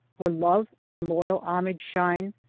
where love and loyal homage shine,